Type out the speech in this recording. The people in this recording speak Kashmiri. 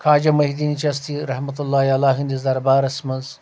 خاجا محی الدین چستی رحمة الله علیٰ ہٕنٛدس دربارس منٛز